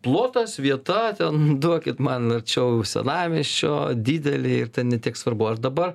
plotas vieta ten duokit man arčiau senamiesčio didelį ir ten ne tiek svarbu ar dabar